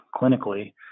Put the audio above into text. clinically